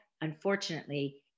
Unfortunately